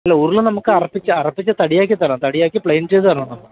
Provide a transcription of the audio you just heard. അല്ല ഉരുള് നമുക്ക് അറപ്പിച്ച് അറപ്പിച്ച് തടിയാക്കി തരണം തടിയാക്കി പ്ലെയ്ൻ ചെയ്തുതരണം